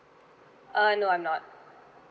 uh no I'm not